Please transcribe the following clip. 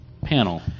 panel